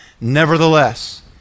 nevertheless